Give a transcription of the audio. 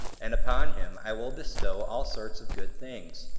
and upon him i will bestow all sorts of good things.